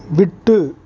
விட்டு